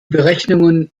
berechnungen